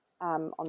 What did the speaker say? on